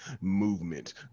movement